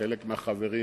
חלק מהחברים,